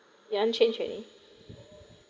you aren't change already